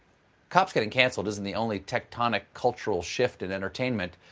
cops getting canceled isn't the only tectonic cultural shift in entertainment.